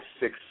six